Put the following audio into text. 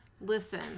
Listen